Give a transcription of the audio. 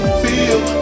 feel